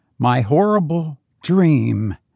myhorribledream